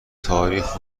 تاریخ